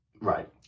right